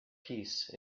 peace